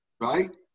Right